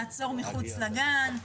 לעצור מחוץ לגן.